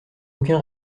aucun